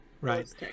right